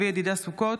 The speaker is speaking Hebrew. צבי ידידיה סוכות,